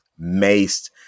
maced